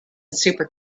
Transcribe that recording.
super